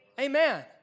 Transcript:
Amen